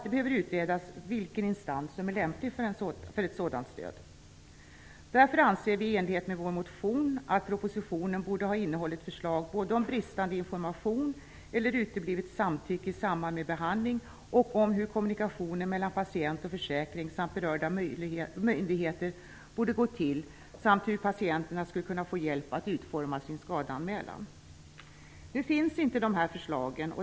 Det behöver utredas vilken instans som är lämpligast för ett sådant stöd. Därför anser vi i enlighet med vår motion att propositionen borde ha innehållit förslag såväl om bristande information eller uteblivet samtycke i samband med behandling som om hur kommunikationen mellan patient, försäkring och berörda myndigheter borde gå till samt om hur patienterna skulle kunna få hjälp att utforma sin skadeanmälan. Nu finns det inga sådana förslag.